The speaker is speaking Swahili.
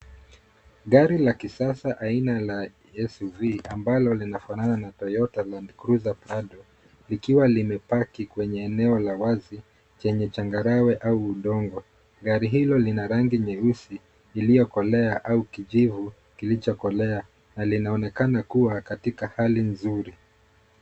Gari la kisasa aina la SUV ambalo linafanana na Toyota LandCruiser Prado , likiwa limepaki kwenye eneo la wazi chenye changarawe au udongo. Gari hilo lina rangi nyeusi iliyokolea au kijivu kilichokolea na linaonekana kuwa katika hali nzuri.